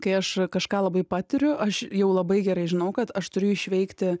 kai aš kažką labai patiriu aš jau labai gerai žinau kad aš turiu išveikti